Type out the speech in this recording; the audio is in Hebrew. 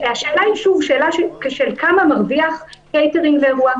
השאלה היא כמה מרוויח קייטרינג לאירוע,